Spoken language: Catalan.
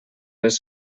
les